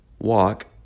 walk